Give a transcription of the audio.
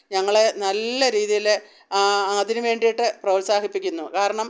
ഞങ്ങൾ നല്ല രീതിയിൽ അതിനു വേണ്ടിയിട്ട് പ്രോത്സാഹിപ്പിക്കുന്നു കാരണം